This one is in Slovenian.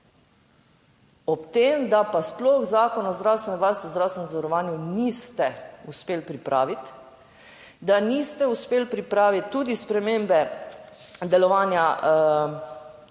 Ob tem, da pa sploh Zakon o zdravstvenem varstvu in zdravstvenem zavarovanju niste uspeli pripraviti, da niste uspeli pripraviti tudi spremembe delovanja te